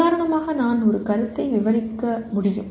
உதாரணமாக நான் ஒரு கருத்தை விவரிக்க முடியும்